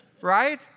right